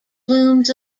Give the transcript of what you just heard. plumes